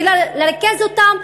ולרכז אותם,